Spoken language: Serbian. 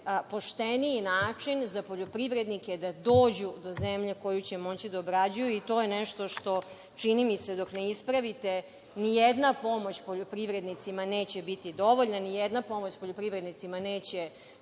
pošteniji način za poljoprivrednike da dođu do zemlje koju će moći da obrađuju i to je nešto mi se čini da dok ne ispravite, ni jedna pomoć poljoprivrednicima neće biti dovoljna, ni jedna pomoć poljoprivrednicima neće